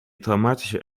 traumatische